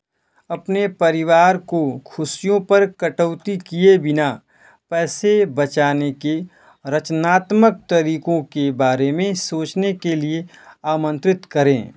अपने परिवार को खुशियों पर कटौती किए बिना पैसे बचाने के रचनात्मक तरीकों के बारे में सोचने के लिए आमंत्रित करें